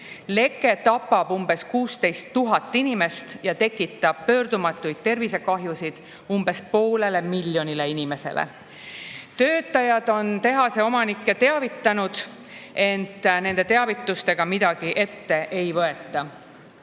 Leke tapab umbes 16 000 inimest ja tekitab pöördumatuid tervisekahjusid umbes poolele miljonile inimesele. Töötajad on tehaseomanikke teavitanud, ent nende teavitustega midagi ette ei võeta.1999.